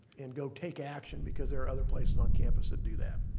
and go take action because there are other places on campus that do that.